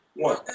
One